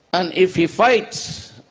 and if he fights,